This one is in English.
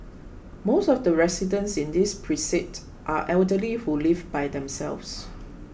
most of the residents in this precinct are elderly who live by themselves